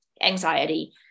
anxiety